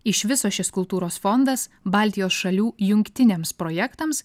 iš viso šis kultūros fondas baltijos šalių jungtiniams projektams